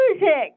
music